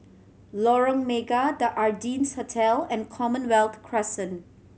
Lorong Mega The Ardennes Hotel and Commonwealth Crescent